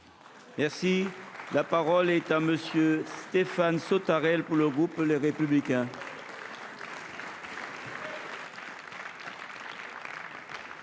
La parole est à M. Stéphane Sautarel, pour le groupe Les Républicains.